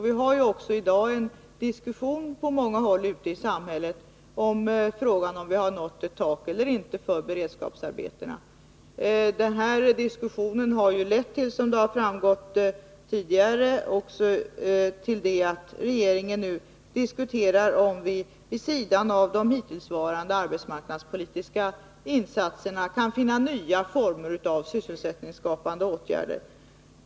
Vi har ju också i dag en diskussion på många håll ute i samhället, om vi har nått ett tak eller inte för beredskapsarbeten. Denna diskussion har ju lett till, vilket har framgått tidigare, att regeringen nu diskuterar om vi vid sidan av de hittillsvarande arbetsmarknadspolitiska insatserna kan finna nya former av sysselsättningsskapande åtgärder.